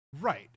Right